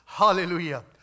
Hallelujah